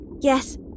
Yes